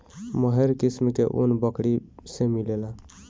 मोहेर किस्म के ऊन बकरी से मिलेला